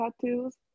tattoos